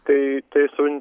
tai tai su